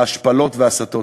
ההשפלות וההסתות.